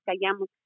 callamos